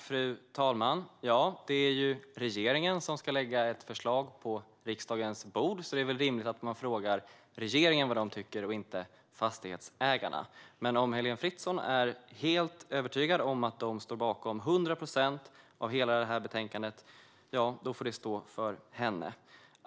Fru talman! Det är regeringen som ska lägga fram ett förslag på riksdagens bord, så det är väl rimligt att man frågar regeringen vad den tycker - inte Fastighetsägarna. Om Heléne Fritzon är helt övertygad om att Fastighetsägarna till hundra procent står bakom hela betänkandet får det dock stå för henne.